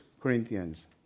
Corinthians